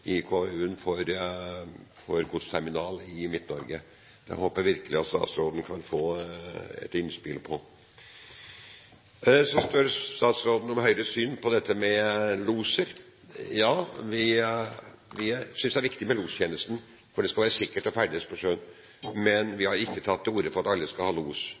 håper jeg virkelig statsråden kan få et innspill på. Statsråden spør om Høyres syn når det gjelder loser. Vi synes lostjenesten er viktig, for det skal være sikkert å ferdes på sjøen, men vi har ikke tatt til orde for at alle skal ha los.